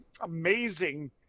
amazing